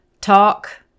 talk